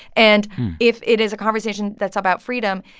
and if it is a conversation that's about freedom,